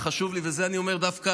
זה חשוב לי, ואת זה אני אומר דווקא,